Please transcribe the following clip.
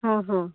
ହଁ ହଁ